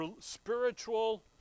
spiritual